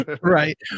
Right